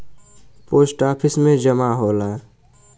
post office में जमा होला